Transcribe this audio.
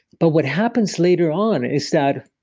but what happens later on is that.